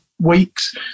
weeks